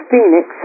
Phoenix